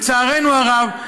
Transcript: לצערנו הרב,